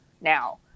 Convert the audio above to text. now